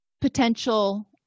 potential